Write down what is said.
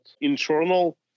internal